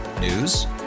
News